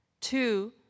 Two